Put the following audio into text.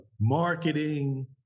marketing